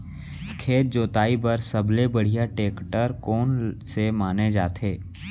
खेत जोताई बर सबले बढ़िया टेकटर कोन से माने जाथे?